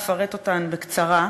אפרט אותם בקצרה.